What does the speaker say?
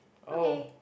oh